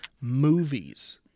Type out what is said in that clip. movies